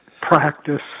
practice